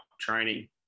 training